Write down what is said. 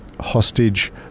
hostage